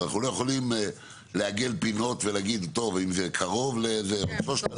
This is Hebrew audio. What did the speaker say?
אנחנו לא יכולים לעגל פינות ולהגיד טוב אם זה קרוב אז נעשה,